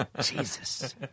Jesus